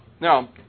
Now